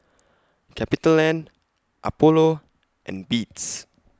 CapitaLand Apollo and Beats